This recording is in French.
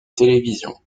télévision